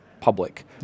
public